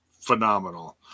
phenomenal